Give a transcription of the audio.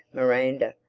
miranda,